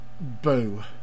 boo